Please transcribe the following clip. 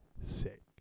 sick